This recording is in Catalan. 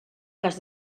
cas